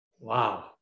Wow